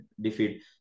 defeat